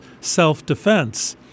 self-defense